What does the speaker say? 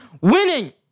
winning